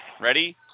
Ready